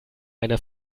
eine